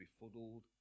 befuddled